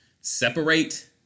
separate